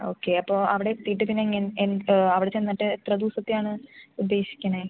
okay അപ്പോൾ അവിടെ seat ഇതിന് എങ്ങനെ എ അവിടെ ചെന്നിട്ട് എത്ര ദിവസത്തെ ആണ് ഉദ്ദേശിക്കുന്നത്